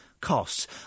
costs